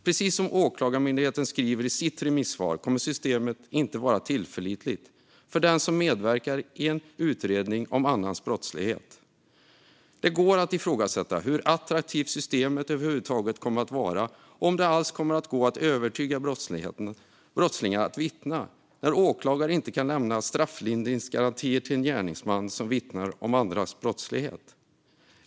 Precis som Åklagarmyndigheten skriver i sitt remissvar kommer systemet inte att vara tillförlitligt för den som medverkar i en utredning om annans brottslighet. Det går att ifrågasätta hur attraktivt systemet över huvud taget kommer att vara och om det alls kommer att gå att övertyga brottslingar att vittna när åklagare inte kan lämna strafflindringsgarantier till en gärningsman som vittnar om andras brottslighet.